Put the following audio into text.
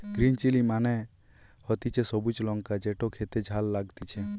green chilli মানে হতিছে সবুজ লঙ্কা যেটো খেতে ঝাল লাগতিছে